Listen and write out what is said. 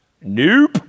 nope